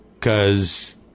Cause